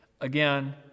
Again